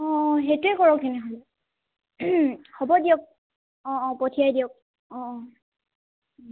অ সেইটোৱে কৰক তেনেহ'লে হ'ব দিয়ক অ অ পঠিয়াই দিয়ক অ অ